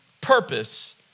purpose